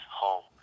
home